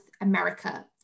America